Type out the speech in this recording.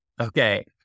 Okay